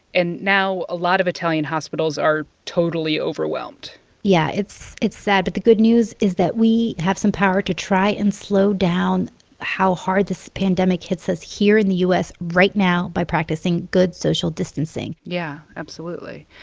and now a lot of italian hospitals are totally overwhelmed yeah, it's it's sad. but the good news is that we have some power to try and slow down how hard this pandemic hits us here in the u s. right now by practicing good social distancing yeah, absolutely.